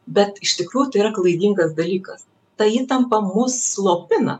bet iš tikrųjų tai yra klaidingas dalykas ta įtampa mus slopina